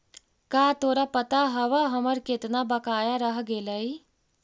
का तोरा पता हवअ हमर केतना बकाया रह गेलइ